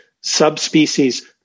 subspecies